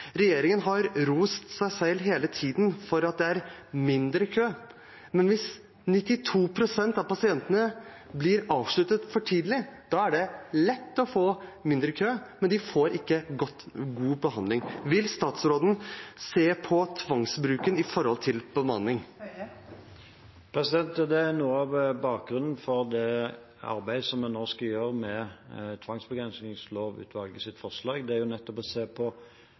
Regjeringen har rost seg selv hele tiden for at det er mindre kø. Men hvis 92 pst. av pasientene blir avsluttet for tidlig, er det lett å få mindre kø, men de får ikke god behandling. Vil statsråden se på tvangsbruken i forhold til bemanning? Noe av bakgrunnen for det arbeidet som vi nå skal gjøre med tvangsbegrensningslovutvalgets forslag, er nettopp å se på